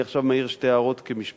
אני עכשיו אני מעיר שתי הערות כמשפטן: